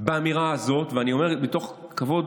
באמירה הזאת, אני אומר מתוך כבוד